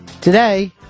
Today